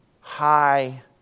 high